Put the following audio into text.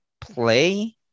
play